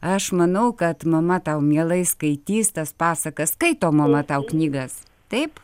aš manau kad mama tau mielai skaitys tas pasakas skaito mama tau knygas taip